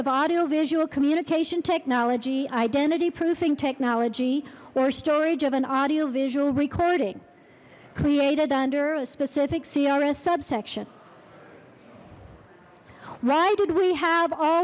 of audio visual communication technology identity proofing technology or storage of an audio visual recording created under a specific crs subsection why did we have all